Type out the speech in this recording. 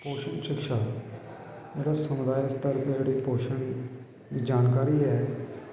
पोशन शिक्षा मतलब समुदाय स्तर दे जेह्ड़े पोशन दी जानकारी ऐ